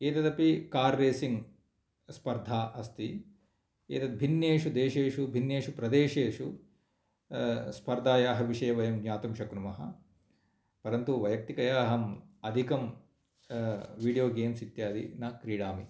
एतत् अपि car racing स्पर्धा अस्ति एतत् भिन्नेषु देशेषु भिन्नेषु प्रदेशेषु स्पर्धायाः विषये वयं ज्ञातुं शक्नुमः परन्तु वैय्यक्तिकया अहं अधिकं विडियो गेम्स् इत्यादि न क्रीडामि